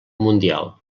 mundial